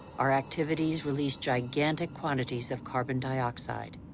our activities release gigantic quantities of carbon dioxide.